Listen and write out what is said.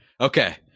Okay